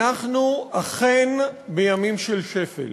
אנחנו אכן בימים של שפל.